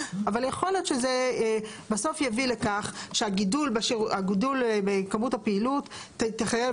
אבל יכול להיות שבסוף זה יביא לכך שהגידול בכמות הפעילות תחייב